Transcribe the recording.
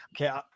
Okay